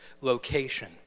location